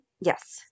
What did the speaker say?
Yes